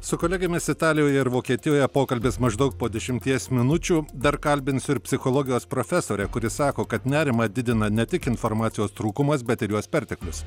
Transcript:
su kolegėmis italijoje ar vokietijoje pokalbis maždaug po dešimties minučių dar kalbinsiu ir psichologijos profesorę kuri sako kad nerimą didina ne tik informacijos trūkumas bet ir jos perteklius